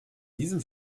diesem